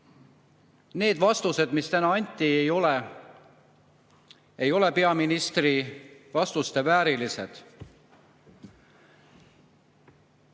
Need vastused, mis täna anti, ei ole peaministri vastuste väärilised.